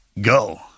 go